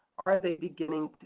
are they beginning